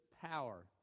power